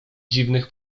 dziwnych